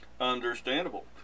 Understandable